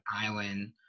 island